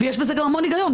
ויש בזה גם המון הגיון,